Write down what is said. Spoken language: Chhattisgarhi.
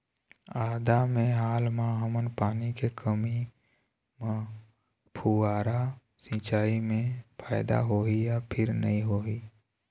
आदा मे हाल मा हमन पानी के कमी म फुब्बारा सिचाई मे फायदा होही या फिर नई होही?